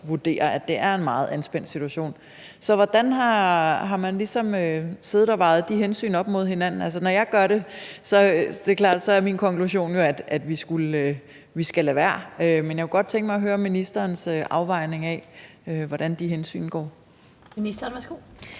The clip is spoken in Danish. at det er en meget anspændt situation. Så hvordan har man ligesom siddet og vejet de hensyn op mod hinanden? Altså, når jeg gør det, er det klart, at så er min konklusion jo, at vi skal lade være. Men jeg kunne godt tænke mig at høre ministerens afvejning af, hvordan de hensyn er. Kl. 16:07 Den fg.